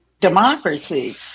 democracy